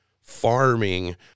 farming